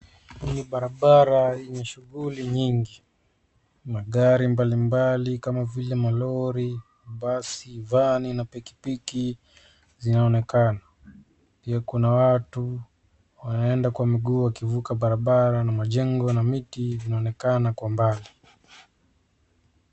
Hii ni barabara yenye shughuli nyingi, magari mbali mbali kama vile; malori, basi, vani na pikipiki zinaonekana pia kuna watu wanaenda kwa mguu wakivuka barabara. Majengo na miti vinaonekana kwa mbali.